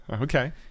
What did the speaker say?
Okay